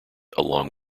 along